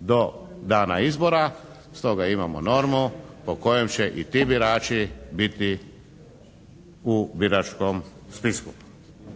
do dana izbora, stoga imamo normu po kojoj će i ti birači biti u biračkom spisku.